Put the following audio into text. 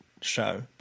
show